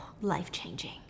Life-changing